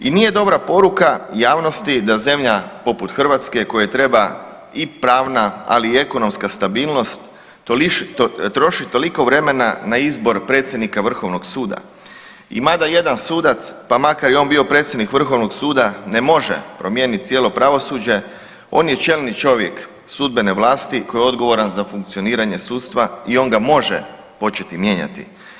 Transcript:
I nije dobra poruka javnosti da zemlja poput Hrvatske kojoj treba i pravna, ali i ekonomska stabilnost, troši toliko vremena na izbor predsjednika vrhovnog suda i mada jedan sudac, pa makar i on bio predsjednik vrhovnog suda ne može promijenit cijelo pravosuđe, on je čelni čovjek sudbene vlasti koji je odgovoran za funkcioniranje sudstva i on ga može početi mijenjati.